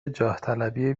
جاهطلبی